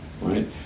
right